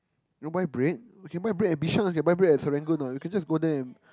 you want buy bread we can buy bread at Bishan we can buy bread at Serangoon what we can just go there and